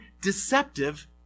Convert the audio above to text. deceptive